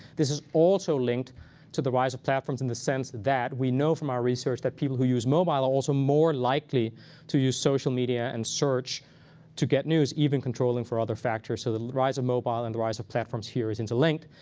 this is also linked to the rise of platforms in the sense that we know from our research that people who use mobile are ah also more likely to use social media and search to get news, even controlling for other factors. so the the rise of mobile and the rise of platforms here is interlinked.